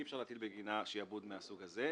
אי אפשר להטיל בגינה שעבוד מהסוג הזה,